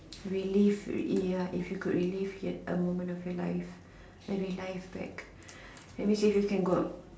relive ya if you could relive yet a moment of your life and relive back that means you can got